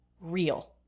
real